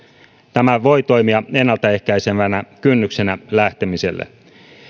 tämä voi toimia ennaltaehkäisevänä kynnyksenä lähtemiselle